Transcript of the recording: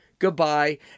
Goodbye